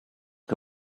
que